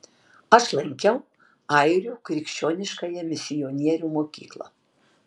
aš lankiau airių krikščioniškąją misionierių mokyklą